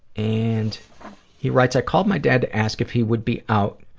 and he writes, i called my dad to ask if he would be out,